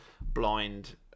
blind